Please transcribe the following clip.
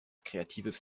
kreatives